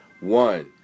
One